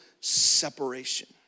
separation